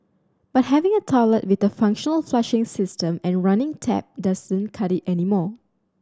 but having a toilet with a functional flushing system and running tap doesn't cut it anymore